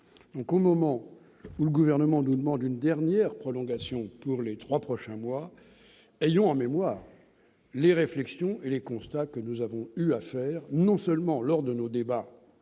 Au moment où le Gouvernement nous demande une dernière prolongation pour les trois prochains mois, ayons en mémoire les réflexions et les constats que nous avions faits non seulement lors de nos débats,